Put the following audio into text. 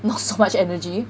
not so much energy